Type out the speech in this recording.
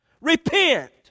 Repent